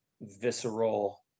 visceral